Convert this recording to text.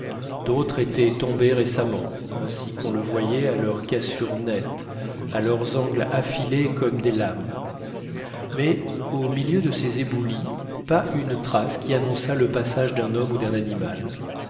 d'autres étaient tombés récemment ainsi qu'on le voyait à leurs cassures nettes à leurs angles affilés comme des lames mais au milieu de ces éboulis pas une trace qui annonçât le passage d'un homme ou d'un animal